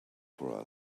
for